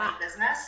business